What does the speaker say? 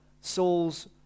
Saul's